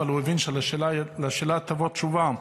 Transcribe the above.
אבל הוא הבין שלשאלה תבוא תשובה.